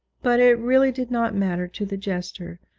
but it really did not matter to the jester,